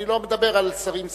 אני לא מדבר על שרים ספציפיים,